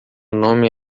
nome